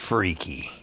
Freaky